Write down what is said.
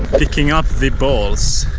picking up the balls.